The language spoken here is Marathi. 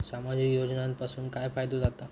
सामाजिक योजनांपासून काय फायदो जाता?